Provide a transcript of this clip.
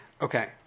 Okay